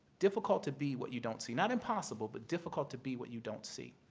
difficult to be what you don't see. not impossible, but difficult to be what you don't see.